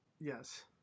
Yes